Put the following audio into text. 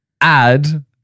add